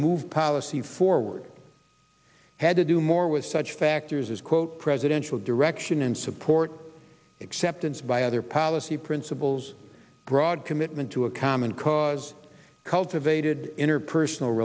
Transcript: move policy forward had to do more with such factors as quote presidential direction and support acceptance by other policy principles broad commitment to a common cause cultivated interpersonal